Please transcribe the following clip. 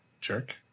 jerk